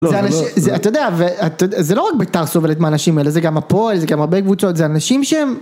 אתה יודע וזה לא רק בית״ר סובלת מהאנשים האלה, זה גם הפועל, זה גם הרבה קבוצות. זה אנשים שהם